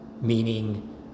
meaning